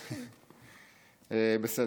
בסדר.